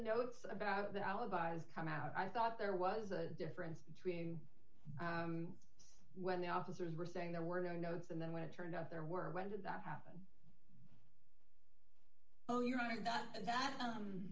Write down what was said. note about alibis come out i thought there was a difference between when the officers were saying there were no notes and then when it turned up there were when did that happen oh you mean that that